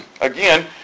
again